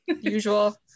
usual